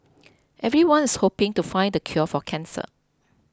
everyone's hoping to find the cure for cancer